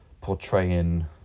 portraying